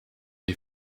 die